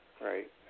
right